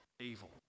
evil